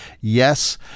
yes